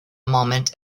moment